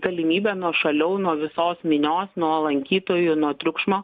galimybė nuošaliau nuo visos minios nuo lankytojų nuo triukšmo